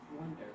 wonder